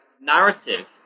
narrative